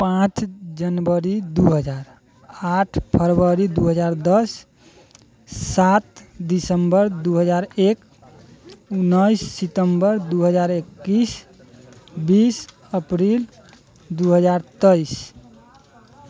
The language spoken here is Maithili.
पाँच जनवरी दू हजार आठ फरवरी दू हजार दस सात दिसम्बर दू हजार एक उनैस सितम्बर दू हजार एकैस बीस अप्रैल दू हजार तेइस